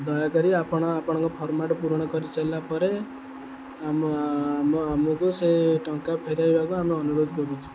ଦୟା କରି ଆପଣ ଆପଣଙ୍କ ଫର୍ମାଟ୍ ପୂରଣ କରିସାରିଲା ପରେ ଆମ ଆମ ଆମକୁ ସେଇ ଟଙ୍କା ଫେରାଇବାକୁ ଆମେ ଅନୁରୋଧ କରୁଛୁ